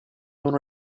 uno